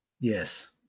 Yes